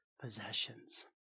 possessions